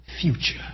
future